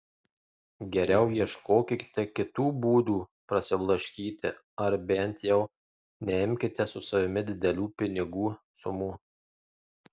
geriau ieškokite kitų būdų prasiblaškyti ar bent jau neimkite su savimi didelių pinigų sumų